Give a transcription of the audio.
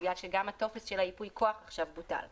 בגלל שגם הטופס של ייפוי הכוח בוטל עכשיו.